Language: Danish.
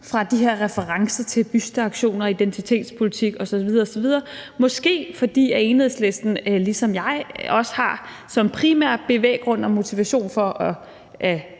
for de her referencer til busteaktioner og identitetspolitik osv., måske fordi Enhedslisten ligesom jeg også har som primær bevæggrund og motivation for at